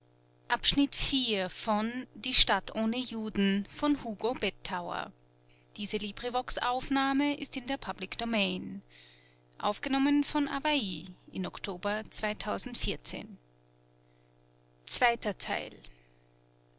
die stadt ohne juden by hugo